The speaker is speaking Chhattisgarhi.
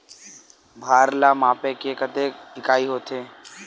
भार ला मापे के कतेक इकाई होथे?